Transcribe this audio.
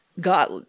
got